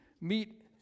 meet